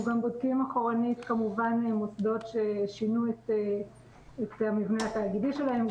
אנחנו גם בודקים אחורה כמובן מוסדות ששינו את המבנה התאגידי שלהם,